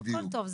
הכל טוב.